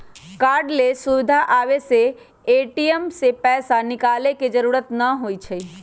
cardless सुविधा आबे से ए.टी.एम से पैसा निकाले के जरूरत न होई छई